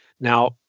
Now